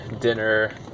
dinner